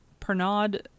Pernod